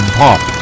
pop